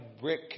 brick